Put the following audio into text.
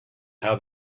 how